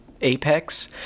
apex